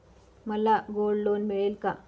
मला gold loan मिळेल का?